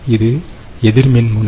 இது எதிர் மின் முனை